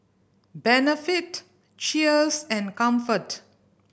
Benefit Cheers and Comfort